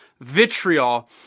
vitriol